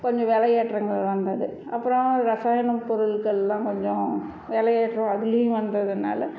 கொஞ்சம் விலை ஏற்றங்கள் வந்தது அப்புறம் ரசாயன பொருள்கள் எல்லாம் கொஞ்சம் விலையேற்றம் அதுலையும் வந்ததுனால